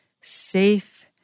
Safe